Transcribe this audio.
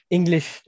English